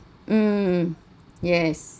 mm yes